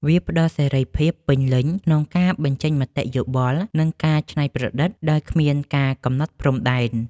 វាផ្ដល់សេរីភាពពេញលេញក្នុងការបញ្ចេញមតិយោបល់ និងការច្នៃប្រឌិតដោយគ្មានការកំណត់ព្រំដែន។